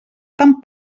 tan